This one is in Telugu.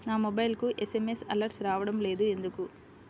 నా మొబైల్కు ఎస్.ఎం.ఎస్ అలర్ట్స్ రావడం లేదు ఎందుకు?